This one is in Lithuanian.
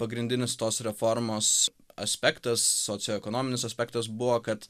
pagrindinis tos reformos aspektas socioekonominis aspektas buvo kad